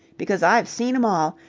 because i've seen em all!